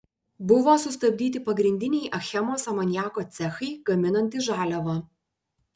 buvo sustabdyti pagrindiniai achemos amoniako cechai gaminantys žaliavą